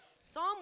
Psalm